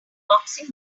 boxing